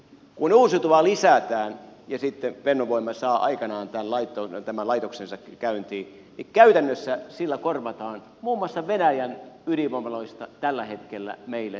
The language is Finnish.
kun uusiutuvia lisätään ja sitten fennovoima saa aikanaan tämän laitoksensa käyntiin niin käytännössä sillä korvataan muun muassa venäjän ydinvoimaloista tällä hetkellä meille tuotava sähkö